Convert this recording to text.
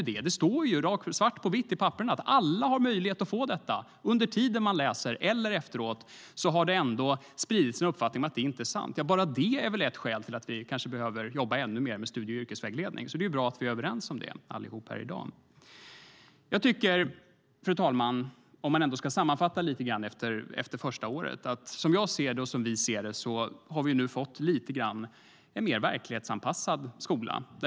Det står i svart på vitt i papperen att alla har möjlighet att få sådan behörighet medan man läser eller efteråt, ändå har det spritts en uppfattning om att det inte är sant. Bara det är ett skäl att jobba ännu mer med studie och yrkesvägledning, så det är bra att vi är överens om det. Fru talman! Som vi ser det har vi sammanfattningsvis fått en mer verklighetsanpassad skola.